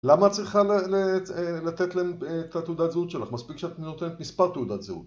למה את צריכה לתת להם את תעודת הזהות שלך? מספיק שאת נותנת מספר תעודת זהות